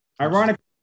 Ironically